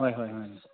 ꯍꯣꯏ ꯍꯣꯏ ꯍꯣꯏ